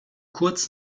kurz